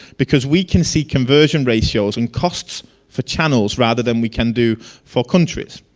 because we can see conversion ratios and costs for channels, rather than we can do for countries.